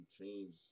change